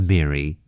Mary